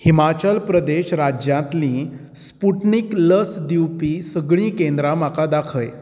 हिमाचल प्रदेश राज्यांतलीं स्पुटनीक लस दिवपी सगळीं केंद्रां म्हाका दाखय